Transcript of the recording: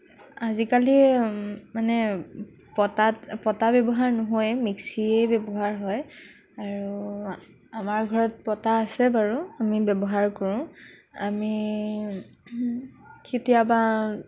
আজিকালি মানে পটাত পটা ব্যৱহাৰ নহয়েই মিক্সিয়ে ব্যৱহাৰ হয় আৰু আমাৰ ঘৰত পটা আছে বাৰু আমি ব্যৱহাৰ কৰোঁ আমি কেতিয়াবা